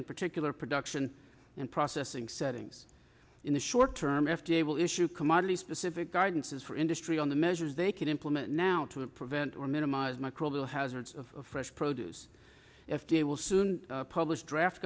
in particular production and processing settings in the short term f d a will issue commodity specific guidance is for industry on the measures they can implement now to prevent or minimize microbial hazards of fresh produce f d a will soon publish draft